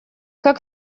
как